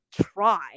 try